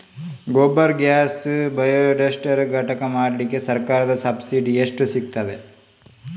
Gobar gas biodigester ಘಟಕ ಮಾಡ್ಲಿಕ್ಕೆ ಸರ್ಕಾರದ ಸಬ್ಸಿಡಿ ಎಷ್ಟು ಸಿಕ್ತಾದೆ?